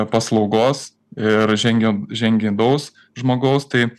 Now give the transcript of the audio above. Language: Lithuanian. paslaugos ir žengia žingeidaus žmogaus tai